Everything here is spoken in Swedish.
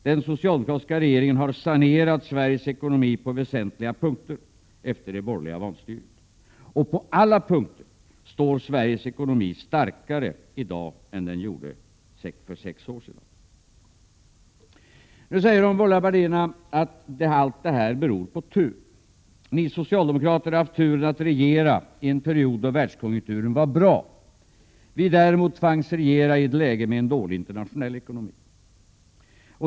Den socialdemokratiska regeringen har på väsentliga punkter sanerat Sveriges ekonomi efter det borgerliga vanstyret, och på alla punkter står Sveriges ekonomi starkare i dag än den gjorde för sex år sedan. Men, då säger de borgerliga partierna: Allt det där beror på tur. Ni socialdemokrater har haft turen att regera i en period då världskonjunkturen var bra. Vi, däremot, tvangs regera i ett läge med en dålig internationell ekonomi.